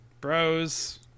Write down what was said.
bros